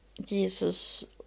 Jesus